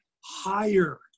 higher